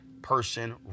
person